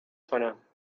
کنم